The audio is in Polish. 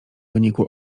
wyniku